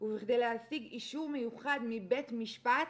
ובכדי להשיג אישור מיוחד מבית משפט